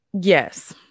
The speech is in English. Yes